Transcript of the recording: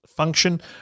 function